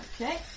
Okay